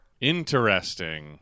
Interesting